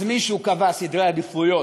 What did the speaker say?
אז מישהו קבע סדרי עדיפויות,